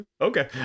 Okay